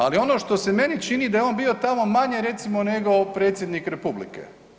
Ali ono što se meni čini da je on bio tamo manje recimo nego predsjednik Republike.